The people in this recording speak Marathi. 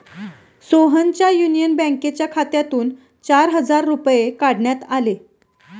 सोहनच्या युनियन बँकेच्या खात्यातून चार हजार रुपये काढण्यात आले